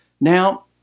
Now